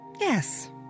Yes